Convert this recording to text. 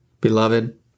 Beloved